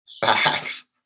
Facts